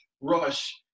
rush